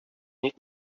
need